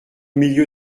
milieu